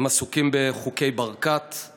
הם עסוקים בדברים ברומו של עולם,